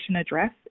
Address